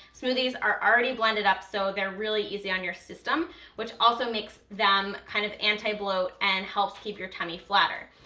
smoothies are already blended up, so they're really easy on your system which also makes them kind of anti-bloat and helps keep your tummy flatter,